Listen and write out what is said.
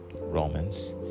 Romans